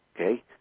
okay